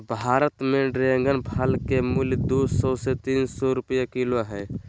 भारत में ड्रेगन फल के मूल्य दू सौ से तीन सौ रुपया किलो हइ